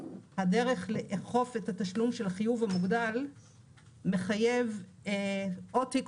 הדרך לאכוף את התשלום של החיוב המוגדל מחייבת או תיק